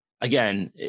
again